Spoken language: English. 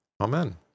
Amen